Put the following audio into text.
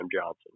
Johnson